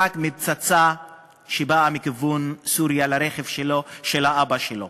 מפצצה שבאה מכיוון סוריה לרכב של אבא שלו.